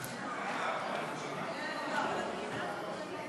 לוועדת החוקה,